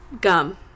gum